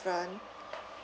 different